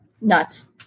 Nuts